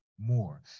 more